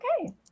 Okay